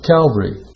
Calvary